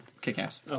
kick-ass